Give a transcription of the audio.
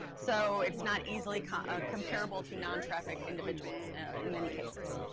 so it's not easily kind of comparable to non-traffic individuals in many cases.